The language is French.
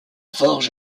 forge